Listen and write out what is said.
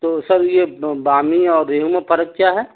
تو سر یہ بامی اور ریہو میں فرق کیا ہے